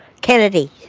Kennedy